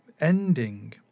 ending